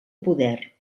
poder